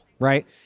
right